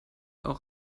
auch